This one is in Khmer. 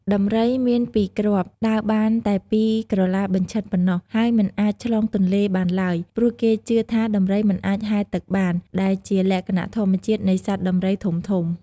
ដំរី មានពីរគ្រាប់ ដើរបានតែពីរក្រឡាបញ្ឆិតប៉ុណ្ណោះ ហើយមិនអាចឆ្លងទន្លេបានឡើយ ព្រោះគេជឿថាដំរីមិនអាចហែលទឹកបាន ដែលជាលក្ខណៈធម្មជាតិនៃសត្វដំរីធំៗ។